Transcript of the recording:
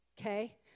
okay